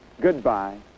Goodbye